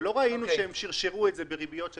ולא ראינו שהם שרשרו את זה בריביות של